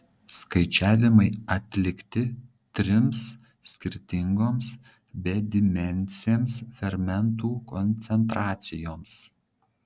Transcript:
skaičiavimai atlikti trims skirtingoms bedimensėms fermentų koncentracijoms